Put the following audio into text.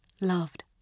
loved